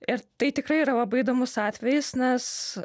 ir tai tikrai yra labai įdomus atvejis nes